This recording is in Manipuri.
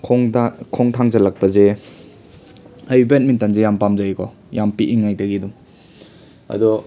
ꯈꯣꯡꯗꯥ ꯈꯣꯡ ꯊꯥꯡꯖꯜꯂꯛꯄꯖꯦ ꯑꯩ ꯕꯦꯠꯃꯤꯟꯇꯟꯖꯦ ꯌꯥꯝ ꯄꯥꯝꯖꯩꯀꯣ ꯌꯥꯝ ꯄꯤꯛꯏ ꯉꯩꯗꯒꯤ ꯑꯗꯨꯝ ꯑꯗꯣ